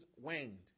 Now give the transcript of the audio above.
waned